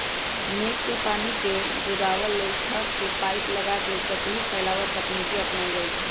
मेघ के पानी के जोगाबे लेल छत से पाइप लगा के सतही फैलाव तकनीकी अपनायल जाई छै